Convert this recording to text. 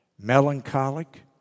melancholic